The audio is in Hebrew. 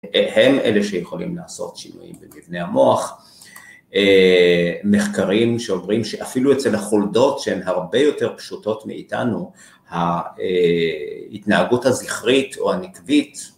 הם אלה שיכולים לעשות שינויים במבנה המוח. מחקרים שאומרים שאפילו אצל החולדות שהן הרבה יותר פשוטות מאיתנו, ההתנהגות הזכרית או הנקבית.